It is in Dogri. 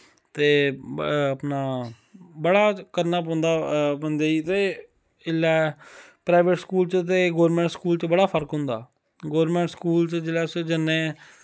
ते अपना बड़ा करना पौंदा बंदे ई ते इसलै प्राईवेट स्कूल च ते गौरमैंट स्कूल च बड़ा फर्क होंदा गौरमैंट स्कूल च जिसलै अस जन्ने